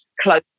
close